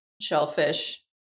shellfish